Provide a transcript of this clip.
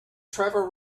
trevor